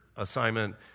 Assignment